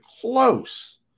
close